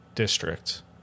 District